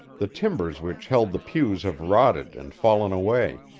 the timbers which held the pews have rotted and fallen away,